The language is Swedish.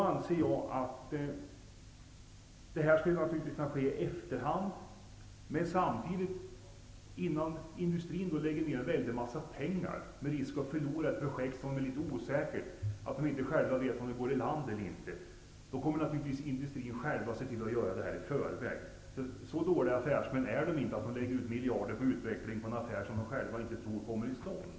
Anmälan skulle kunna göras i efterhand, men det är klart att industrin inte gärna satsar en väldig massa pengar på ett projekt som anses osäkert. Tror man inte att man kommer att få genomföra det, ser företagen naturligtvis till att anmälan görs i förväg. Så dåliga affärsmän är de inte att de lägger ut miljarder på att utveckla någonting om de inte själva tror att affären skall komma till stånd.